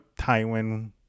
Tywin